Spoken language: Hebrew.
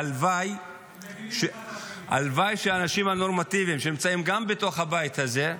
הלוואי שהאנשים הנורמטיביים שנמצאים גם בתוך הבית הזה,